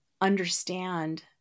understand